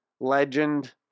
Legend